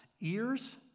ears